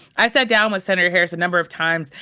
i sat down with senator harris a number of times.